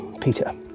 Peter